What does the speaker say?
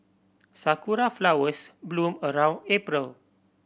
sakura flowers bloom around April